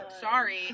sorry